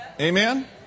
Amen